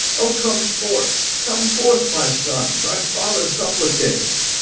o come forth, come forth, my son thy father supplicates.